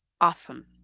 Awesome